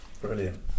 Brilliant